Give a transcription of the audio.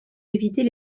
éviter